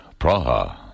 Praha